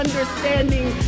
understanding